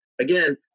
again